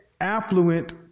affluent